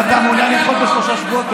אם אתה מעוניין לדחות בשלושה שבועות,